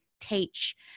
teach